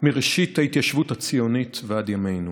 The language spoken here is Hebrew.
מראשית ההתיישבות הציונית ועד ימינו.